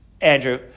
Andrew